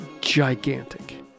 gigantic